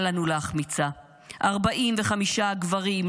אל לנו להחמיצה --- ארבעים וחמישה גברים,